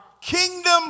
Kingdom